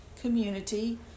community